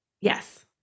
Yes